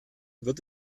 wird